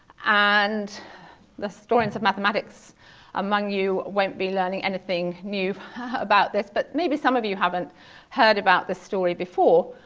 and the historians of mathematics among you won't be learning anything new about this but maybe some of you haven't heard about this story before.